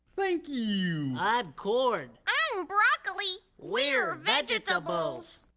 thank you. i'm corn. i'm broccoli. we're vegetables.